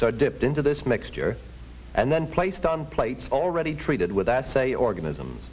are dipped into this mixture and then placed on plates already treated with that say organism